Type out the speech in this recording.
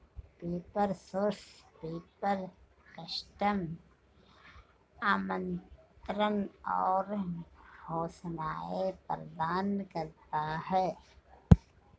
paper source paper, custom आमंत्रण और घोषणाएं प्रदान करता है